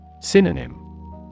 Synonym